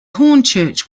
hornchurch